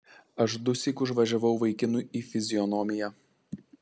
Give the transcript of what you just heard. aš dusyk užvažiavau vaikinui į fizionomiją